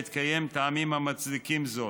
בהתקיים טעמים המצדיקים זאת,